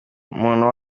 umuntu